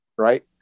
right